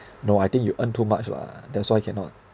no I think you earn too much [what] that's why cannot